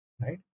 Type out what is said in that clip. right